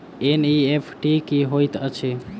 NEFT की होइत अछि?